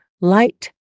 light